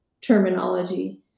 terminology